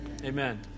Amen